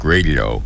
Radio